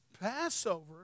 Passover